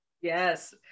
yes